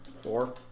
Four